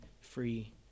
free